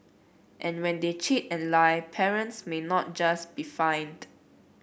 and when they cheat and lie parents may not just be fined